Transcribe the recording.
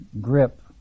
grip